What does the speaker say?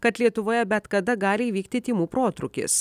kad lietuvoje bet kada gali įvykti tymų protrūkis